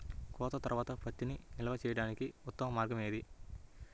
కోత తర్వాత పత్తిని నిల్వ చేయడానికి ఉత్తమ మార్గం ఏది?